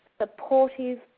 supportive